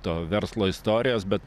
to verslo istorijos bet